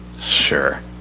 sure